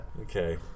Okay